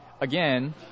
again